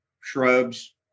shrubs